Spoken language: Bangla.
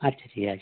আচ্ছা ঠিক আছে